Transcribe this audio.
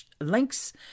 links